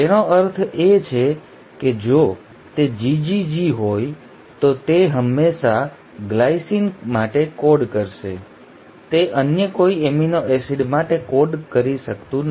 તેનો અર્થ એ છે કે જો તે GGG હોય તો તે હંમેશા ગ્લાયસિન માટે કોડ કરશે તે અન્ય કોઈ એમિનો એસિડ માટે કોડ કરી શકતું નથી